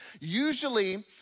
Usually